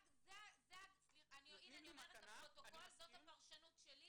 אני אומרת לפרוטוקול שזאת הפרשנות שלי